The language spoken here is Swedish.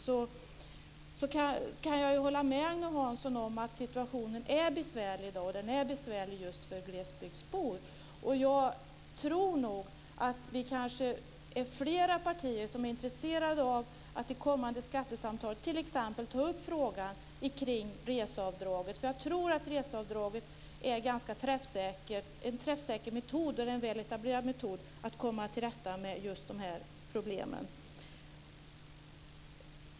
Jag kan hålla med Agne Hansson om att situationen är besvärlig i dag för glesbygdsbor. Det finns kanske flera partier som är intresserade av att i kommande skattesamtal ta upp frågan om reseavdragen. Jag tror att reseavdragen är en träffsäker och väl etablerad metod att komma till rätta med de här problemen.